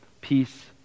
peace